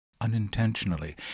Unintentionally